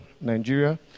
Nigeria